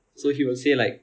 so he will say like